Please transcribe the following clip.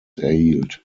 erhielt